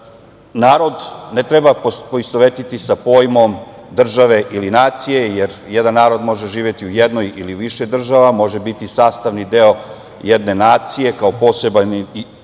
Narod ne treba poistovetiti sa pojmom države ili nacije, jer jedan narod može živeti u jednoj ili više država, može biti sastavni deo jedne nacije kao poseban